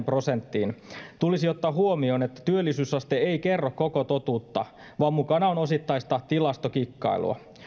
prosenttiin tulisi ottaa huomioon että työllisyysaste ei kerro koko totuutta vaan mukana on osittaista tilastokikkailua